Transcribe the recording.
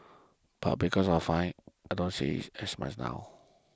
but because of fines I don't see it as much now